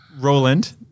Roland